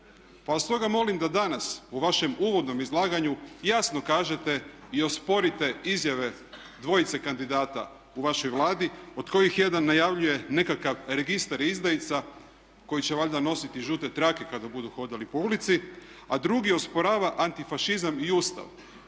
vas stoga molim da danas u vašem uvodnom izlaganju jasno kažete i osporite izjave dvojice kandidata u vašoj Vladi od kojih jedan najavljuje nekakav registar izdajica koji će valjda nositi žute trake kada budu hodali po ulici. A drugi osporava antifašizam i Ustav.